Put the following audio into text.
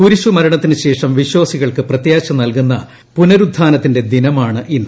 കുരിശു മരണത്തി നുശേഷം വിശ്വാസികൾക്ക് പ്രത്യാശ നൽകുന്ന പുനരുത്ഥാനത്തിന്റെ ദിനമാണിന്ന്